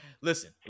Listen